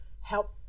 help